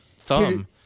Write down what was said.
thumb